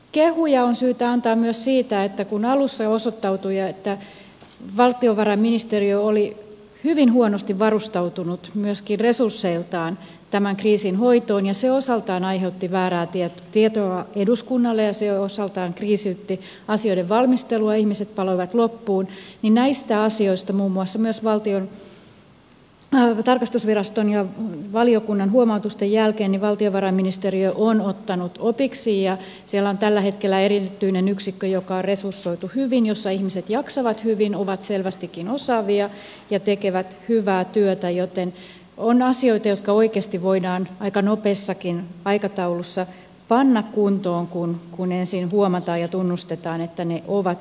kehuja on syytä antaa myös siitä että kun alussa osoittautui että valtiovarainministeriö oli hyvin huonosti varustautunut myöskin resursseiltaan tämän kriisin hoitoon ja se osaltaan aiheutti väärää tietoa eduskunnalle ja osaltaan kriisiytti asioiden valmistelua ihmiset paloivat loppuun niin näistä asioista muun muassa myös tarkastusviraston ja valiokunnan huomautusten jälkeen valtiovarainministeriö on ottanut opiksi ja siellä on tällä hetkellä erityinen yksikkö joka on resursoitu hyvin jossa ihmiset jaksavat hyvin ovat selvästikin osaavia ja tekevät hyvää työtä joten on asioita jotka oikeasti voidaan aika nopeassakin aikataulussa panna kuntoon kun ensin huomataan ja tunnustetaan että ne ovat olleet huonosti